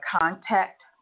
contact